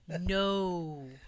No